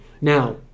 now